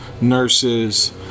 nurses